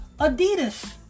Adidas